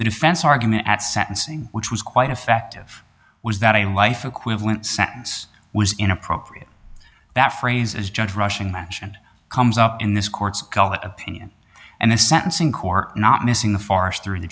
the defense argument at sentencing which was quite effective was that a life equivalent sentence was inappropriate that phrase as judge rushing mentioned comes up in this court's opinion and the sentencing court not missing the forest through the